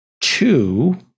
two